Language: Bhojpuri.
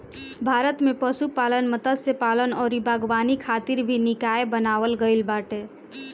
भारत में पशुपालन, मत्स्यपालन अउरी बागवानी खातिर भी निकाय बनावल गईल बाटे